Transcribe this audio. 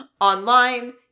online